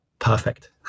Perfect